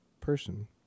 person